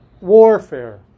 warfare